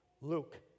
Luke